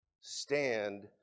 stand